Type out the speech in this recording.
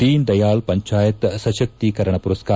ದೀನ್ ದಯಾಳ್ ಪಂಚಾಯತ್ ಸಶಕ್ತೀಕರಣ ಪುರಸ್ಕಾರ